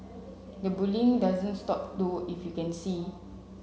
the bullying doesn't stop though if you can see